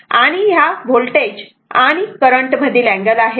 आणि हा या होल्टेज व करंट मधील अँगल आहे